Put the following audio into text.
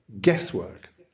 guesswork